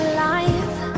life